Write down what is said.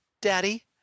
Daddy